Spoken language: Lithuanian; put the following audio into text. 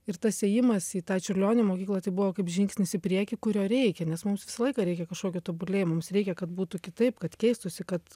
ir tas ėjimas į tą čiurlionio mokyklą tai buvo kaip žingsnis į priekį kurio reikia nes mums visą laiką reikia kažkokio tobulėjimo mums reikia kad būtų kitaip kad keistųsi kad